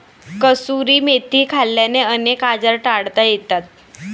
कसुरी मेथी खाल्ल्याने अनेक आजार टाळता येतात